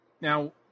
now